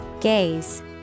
gaze